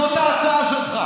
זאת ההצעה שלך.